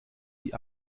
die